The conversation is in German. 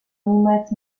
niemals